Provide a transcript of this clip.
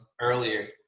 earlier